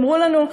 אמרו לנו: